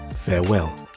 farewell